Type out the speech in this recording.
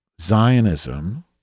Zionism